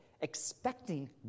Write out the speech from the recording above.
expecting